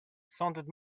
sounded